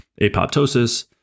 apoptosis